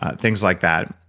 ah things like that.